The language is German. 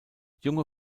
junge